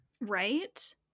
Right